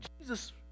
Jesus